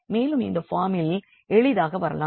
மேலும் இந்த ஃபாமில் எளிதாக வரலாம்